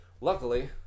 Luckily